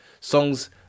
songs